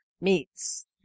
meats